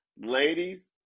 Ladies